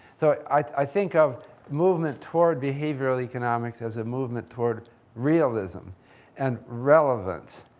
so i think of movement toward behavioral economics as a movement toward realism and relevance.